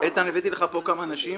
הבאתי לכאן כמה אנשים